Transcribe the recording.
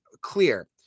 clear